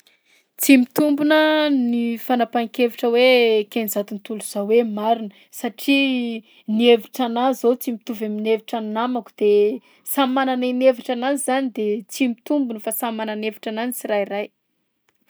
Tsy mitombina ny fanapahan-kevitra hoe eken'zao tontolo zao hoe marina satria ny hevitranahy zao tsy mitovy amin'ny hevitran'ny namako de samy manana i- ny hevitrananzy zany de tsy mitombina fa samy manana hevitrananzy tsirairay.